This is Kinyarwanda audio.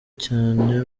cyane